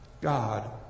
God